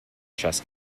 chess